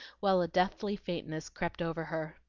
while a deathly faintness crept over her.